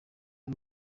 ari